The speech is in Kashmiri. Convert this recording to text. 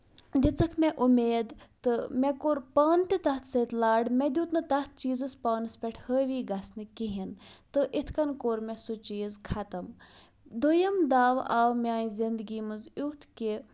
دِژٕکھ مےٚ اُمید تہٕ مےٚ کوٚر پانہٕ تہٕ تتھ سۭتۍ لڈ مےٚ دیُت نہٕ تَتھ چیٖزس پانس پٮ۪ٹھ حٲوی گژھنہٕ کِہینۍ تہٕ یِتھ کٔنۍ کوٚر مےٚ سُہ چیٖز خَتم دوٚیم داو آو میانہِ زندگی منٛز یُتھ کہِ